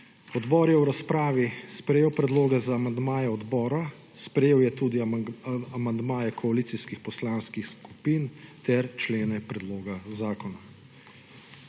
Odbor je v razpravi sprejel predloge za amandmaja odbora, sprejel je tudi amandmaje koalicijskih poslanskih skupin ter člene predloga zakona.